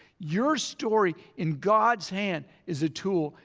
your story in god's hand is a tool.